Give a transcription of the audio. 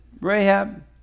Rahab